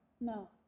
No